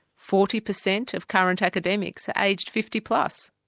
forty percent of current academics are aged fifty plus,